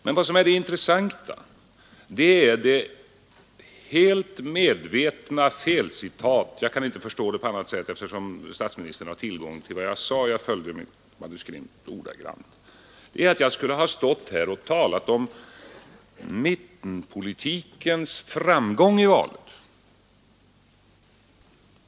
Men det intressanta är det helt medvetna felcitat som statsministern gjorde. Jag kan inte förstå det på annat sätt, eftersom statsministern har tillgång till mitt manuskript, som jag följde ordagrant. Statsministern sade att jag skulle ha stått här och talat om mittenpolitikens framgång i valet.